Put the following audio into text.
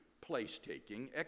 place-taking